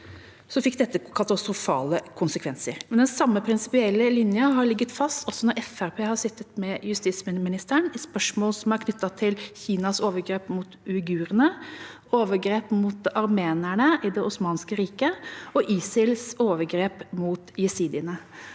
fikk dette katastrofale konsekvenser. Men den samme prinsipielle linja har ligget fast, også når Fremskrittspartiet har sittet med justisministeren, i spørsmål som er knyttet til Kinas overgrep mot uigurene, til overgrep mot armenerne i det osmanske riket og til ISILs overgrep mot jesidiene: